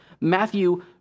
Matthew